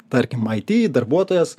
tarkim it darbuotojas